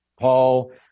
Paul